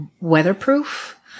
weatherproof